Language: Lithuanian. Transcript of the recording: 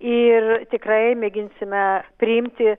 ir tikrai mėginsime priimti